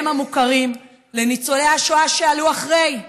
והם המוכרים, לניצולי השואה שעלו אחרי כן,